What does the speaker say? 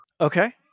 Okay